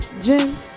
Jim